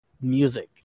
music